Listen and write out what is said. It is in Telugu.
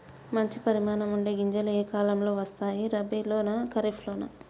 మంచి పరిమాణం ఉండే గింజలు ఏ కాలం లో వస్తాయి? రబీ లోనా? ఖరీఫ్ లోనా?